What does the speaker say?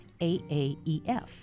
AAEF